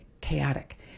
chaotic